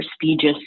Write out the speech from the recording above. prestigious